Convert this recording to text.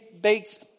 bakes